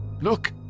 Look